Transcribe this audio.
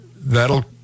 that'll